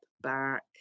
back